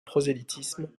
prosélytisme